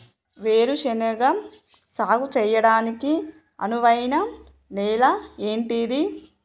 వేరు శనగ సాగు చేయడానికి అనువైన నేల ఏంటిది?